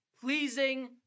pleasing